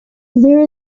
there